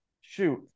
shoot